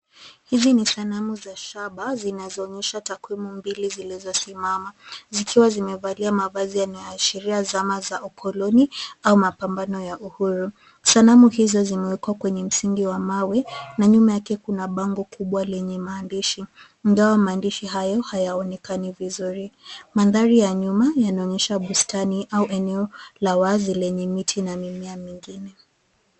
Hizi ni sanamu za shaba zinazoonyesha takwimu mbili zilizosimama zikiwa zimevalia mavazi yanayoashiria zana za ukoloni au mapambano ya uhuru. Sanamu hizo zimewekwa kwenye msingi wa mawe na nyuma yake kuna bango kubwa lenye maandishi, ingawa maandishi hayo hayaonekani vizuri. Mandhari ya nyuma yanaonyesha bustani au eneo la wazi lenye miti na mimea mingine.